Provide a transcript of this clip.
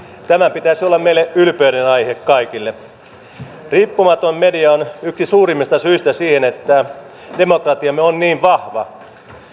tämän pitäisi olla meille kaikille ylpeyden aihe riippumaton media on yksi suurimmista syistä siihen että demokratiamme on niin vahva